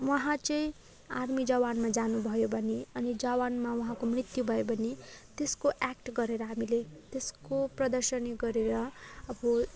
उहाँ चाहिँ आर्मी जवानमा जानु भयो भने अनि जवानमा उहाँको मृत्यु भयो भने त्यसको एक्ट गरेर हामीले त्यसको प्रदर्शनी गरेर अब